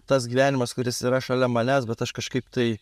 tas gyvenimas kuris yra šalia manęs bet aš kažkaip tai